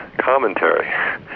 commentary